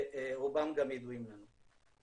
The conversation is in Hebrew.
ורובם גם ידועים לנו.